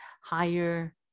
higher